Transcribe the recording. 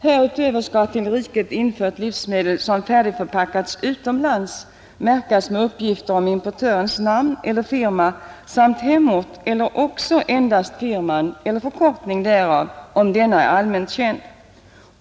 Härutöver skall till riket infört livsmedel, som färdigförpackats utomlands, märkas med uppgifter om importörens namn eller firma samt hemort eller också endast firman eller förkortning därav, om denna är allmänt känd.